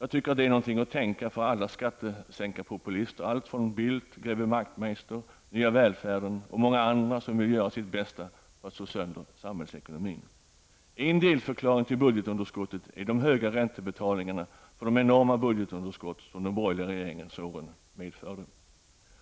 Jag tycker att det är något att tänka på för alla skattesänkarpopulister allt från Carl Bildt, greve Wachtmeister, Nya välfärden och många andra som vill göra sitt bästa för att slå sönder samhällsekonomin. En delförklaring till budgetunderskottet är de höga räntebetalningarna för det enorma budgetunderskott som de borgerliga regeringsåren medförde.